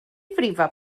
frifo